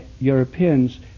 Europeans